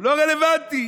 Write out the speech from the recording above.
לא רלוונטי.